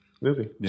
movie